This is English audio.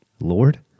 Lord